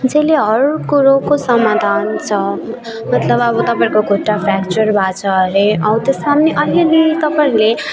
जसले हरएक कुरोको समाधान छ मतलब अब तपाईँहरूको खुट्टा फ्रेक्चर भएको छ हरे हौ त्यस्तोमा अलि अलि तपाईँहरूले